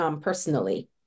personally